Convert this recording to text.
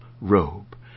robe